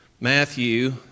Matthew